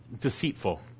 deceitful